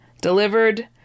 delivered